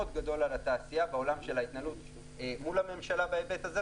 גדול בתעשייה בעולם ההתנהלות מול הממשלה בהיבט הזה,